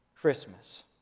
Christmas